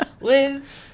Liz